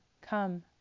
Come